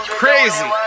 crazy